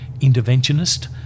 interventionist